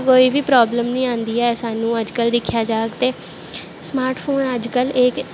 कोई बी प्राब्लम निं आंदी ऐ सानूं अज्जकल दिक्खेआ जाह्ग ते स्मार्ट फोन अज्जकल एह् के